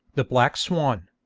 the black swan.